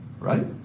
Right